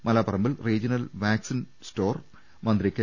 മലാപ്പറമ്പിൽ regional vaccine സ്റ്റോറും മന്ത്രി K